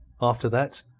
after that,